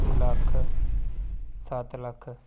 ਲੱਖ ਸੱਤ ਲੱਖ